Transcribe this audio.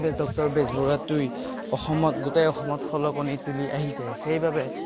doctor Bezbaruah দুই অসমত গোটেই অসমত খলকণি তুলি আহিছে সেইবাবে